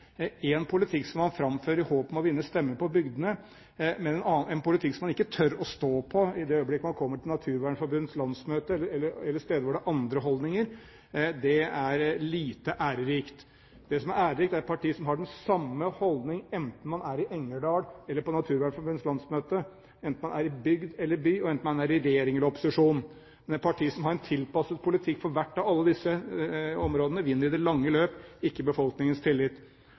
en helt annen politikk nå i opposisjon, med én politikk som man framfører i håp om å vinne stemmer på bygdene, og med én politikk som man ikke tør å stå på i det øyeblikk man komme til Naturvernforbundets landsmøte eller steder hvor det er andre holdninger, er lite ærerikt. Det som er ærerikt, er et parti som har samme holdning enten man er i Engerdal eller på Naturvernforbundets landsmøte, enten man er i bygd eller by, enten man er i regjering eller i opposisjon. Men et parti som har en tilpasset politikk for hvert av alle disse områdene, vinner i det lange løp ikke befolkningens tillit.